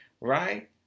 Right